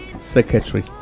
secretary